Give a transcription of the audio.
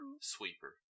Sweeper